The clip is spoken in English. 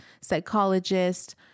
psychologist